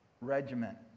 Regiment